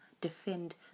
defend